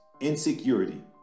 insecurity